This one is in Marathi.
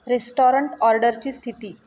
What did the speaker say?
रेस्टॉरंट ऑर्डरची स्थिती